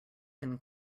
can